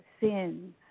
sins